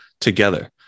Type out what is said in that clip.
together